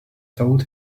told